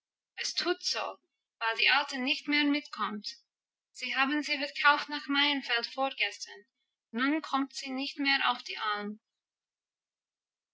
es tut so weil die alte nicht mehr mitkommt sie haben sie verkauft nach maienfeld vorgestern nun kommt sie nicht mehr auf die alm